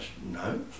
no